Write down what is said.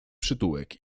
przytułek